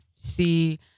see